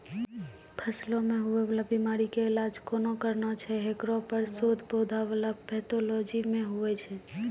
फसलो मे हुवै वाला बीमारी के इलाज कोना करना छै हेकरो पर शोध पौधा बला पैथोलॉजी मे हुवे छै